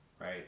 right